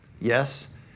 Yes